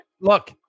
look